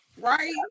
right